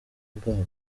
bwabo